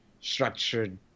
structured